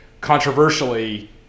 controversially